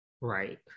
Right